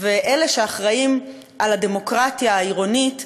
ואלה שאחראים לדמוקרטיה העירונית,